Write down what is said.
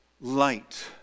light